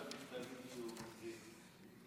את המכתבים שהוא מקריא.